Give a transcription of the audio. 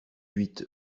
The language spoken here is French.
huit